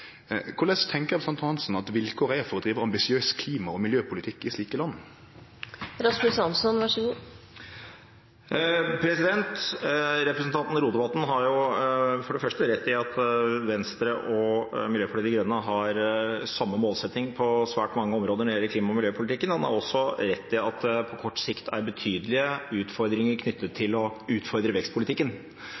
korleis tenkjer representanten Hansson at vilkåra er for å drive ambisiøs klima- og miljøpolitikk i slike land? Representanten Rotevatn har for det første rett i at Venstre og Miljøpartiet De Grønne har samme målsetting på svært mange områder når det gjelder klima- og miljøpolitikken. Han har også rett i at det på kort sikt er betydelige utfordringer knyttet til å utfordre vekstpolitikken.